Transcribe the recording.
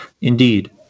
Indeed